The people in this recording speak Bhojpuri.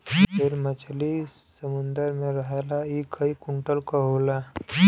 ह्वेल मछरी समुंदर में रहला इ कई कुंटल क होला